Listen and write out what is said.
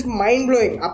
mind-blowing